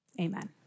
amen